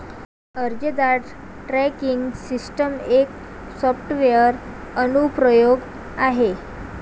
अर्जदार tracking system एक software अनुप्रयोग आहे